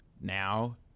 now